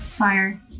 fire